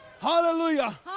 Hallelujah